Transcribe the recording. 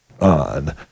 on